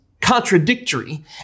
contradictory